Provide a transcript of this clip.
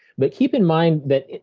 but keep in mind that